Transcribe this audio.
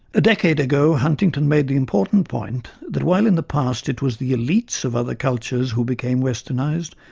a decade ago, huntington made the important point that while in the past it was the elites of other cultures who became westernised,